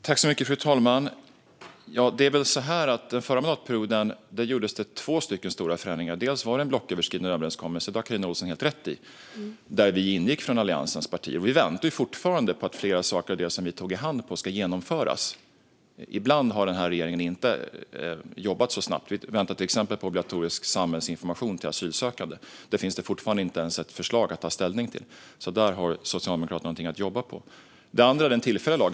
Fru talman! Den förra mandatperioden gjordes två stora förändringar. Den ena var en blocköverskridande överenskommelse - det har Carina Ohlsson helt rätt i - där vi i allianspartierna ingick. Vi väntar fortfarande på att flera av de saker som vi tog i hand på ska genomföras. Ibland har regeringen inte jobbat så snabbt. Vi väntar till exempel på obligatorisk samhällsinformation till asylsökande. Där finns fortfarande inte ens ett förslag att ta ställning till, så där har Socialdemokraterna något att jobba med. Den andra var den tillfälliga lagen.